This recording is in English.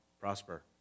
prosper